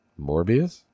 Morbius